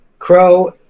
Crow